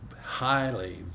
highly